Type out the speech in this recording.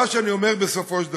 מה שאני אומר, בסופו של דבר,